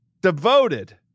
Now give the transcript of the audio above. devoted